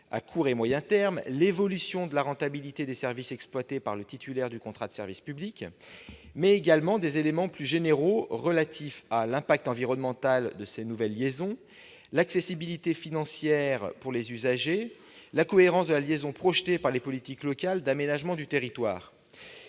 à court et moyen terme, l'évolution de la rentabilité des services exploités par le titulaire du contrat de service public, mais également des éléments plus généraux relatifs à l'impact environnemental de ces nouvelles liaisons, l'accessibilité financière pour les usagers, ou la cohérence de la liaison projetée par les politiques locales d'aménagement du territoire.